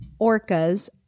orcas